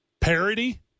parody